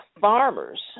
farmers